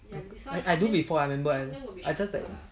I I do before I remember I just like